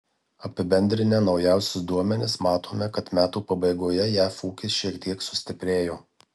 apibendrinę naujausius duomenis matome kad metų pabaigoje jav ūkis šiek tiek sustiprėjo